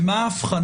ומה היא האבחנה?